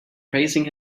praising